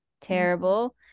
Terrible